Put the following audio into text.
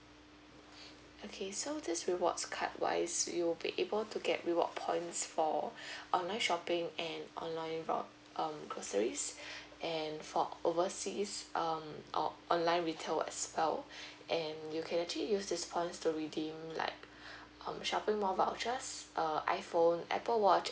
okay so this rewards card wise you will be able to get reward points for online shopping and online ro~ um groceries and for overseas um or online retail as well and you can actually use these points to redeem like um shopping mall vouchers err iphone Apple watch